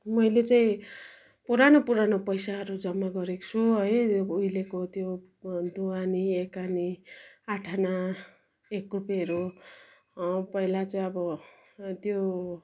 मैले चाहिँ पुरानो पुरानो पैसाहरू जम्मा गरेको छु है उहिलेको त्यो दुआनी एकआनी आठाना एक रुपियाँहरू पहिला चाहिँ अब त्यो